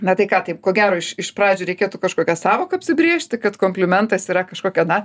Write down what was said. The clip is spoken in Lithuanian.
na tai ką taip ko gero iš iš pradžių reikėtų kažkokią sąvoką apsibrėžti kad komplimentas yra kažkokia na